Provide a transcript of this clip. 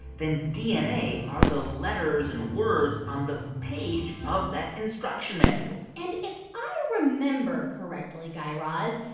then dna are the letters and words on the page of that instruction manual and if i remember correctly, guy raz,